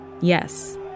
yes